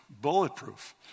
bulletproof